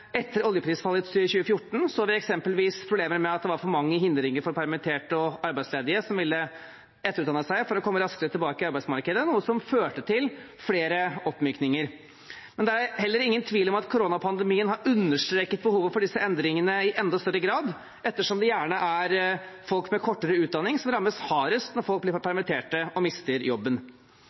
etter oljeprisfallet i 2014 så vi eksempelvis problemer med at det var for mange hindringer for permitterte og arbeidsledige som ville etterutdanne seg for å komme raskere tilbake i arbeidsmarkedet, noe som førte til flere oppmykninger. Men det er heller ingen tvil om at koronapandemien har understreket behovet for disse endringene i enda større grad, ettersom det gjerne er folk med kortere utdanning som rammes hardest når folk blir permittert og mister jobben.